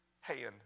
hand